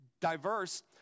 diverse